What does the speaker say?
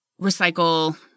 recycle